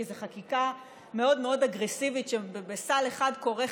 כי זו חקיקה מאוד מאוד אגרסיבית שבסל אחד כורכת